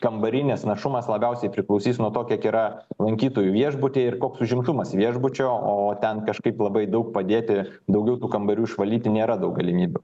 kambarinės našumas labiausiai priklausys nuo to kiek yra lankytojų viešbuty ir koks užimtumas viešbučio o ten kažkaip labai daug padėti daugiau tų kambarių išvalyti nėra daug galimybių